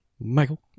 Michael